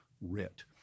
writ